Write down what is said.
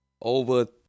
over